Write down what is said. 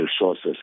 resources